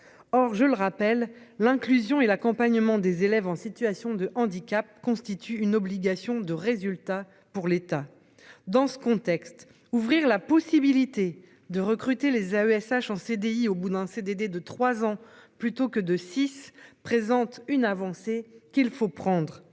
Or, je le rappelle l'inclusion et l'accompagnement des élèves en situation de handicap constitue une obligation de résultat pour l'État. Dans ce contexte, ouvrir la possibilité de recruter les AESH en CDI au bout d'un CDD de 3 ans plutôt que de six présente une avancée qu'il faut prendre.